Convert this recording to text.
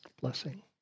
blessing